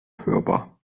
hörbar